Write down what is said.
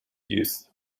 youth